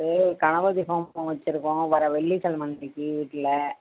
இது கணபதி ஹோமம் வச்சிருக்கோம் வர வெள்ளிக்கிழம அன்றைக்கி வீட்டில்